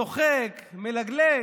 צוחק ומלגלג.